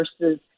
versus